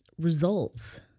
results